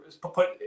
put